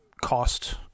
cost